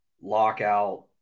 lockout